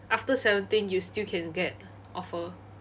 after seventeen you still can get offer